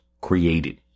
created